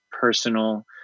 personal